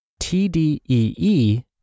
TDEE